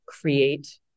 create